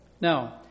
Now